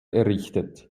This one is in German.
errichtet